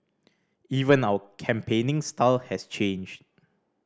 even our campaigning style has changed